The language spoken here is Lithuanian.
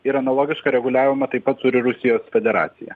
ir analogišką reguliavimą taip pat turi rusijos federacija